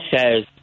says